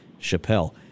Chappelle